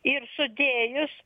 ir sudėjus